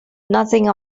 nothing